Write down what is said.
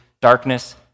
darkness